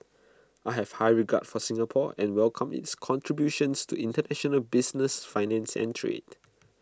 I have high regard for Singapore and welcome its contributions to International business finance and trade